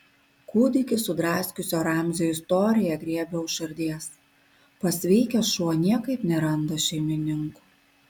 kūdikį sudraskiusio ramzio istorija griebia už širdies pasveikęs šuo niekaip neranda šeimininkų